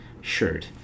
shirt